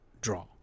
draw